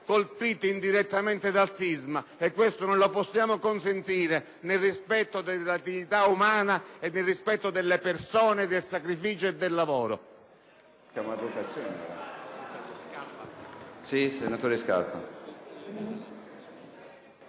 colpiti indirettamente dal sisma. Questo non lo possiamo consentire, nel rispetto della dignità umana e delle persone, del sacrificio e del lavoro.